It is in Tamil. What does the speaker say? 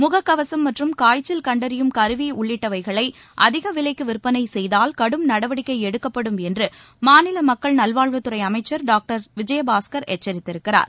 ழகக்கவசம் மற்றும் காய்ச்சல் கண்டறியும் கருவி உள்ளிட்டவைகளை அதிக விலைக்கு விற்பனை செய்தால் கடும் நடவடிக்கை எடுக்கப்படும் என்று மாநில மக்கள் நல்வாழ்வுத்துறை அமைச்சர் டாக்டர் விஜயபாஸ்கர் எச்சரித்திருக்கிறார்